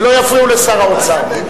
ולא יפריעו לשר האוצר.